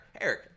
Eric